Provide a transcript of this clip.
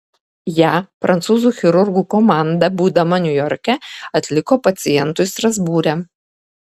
ją prancūzų chirurgų komanda būdama niujorke atliko pacientui strasbūre